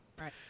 right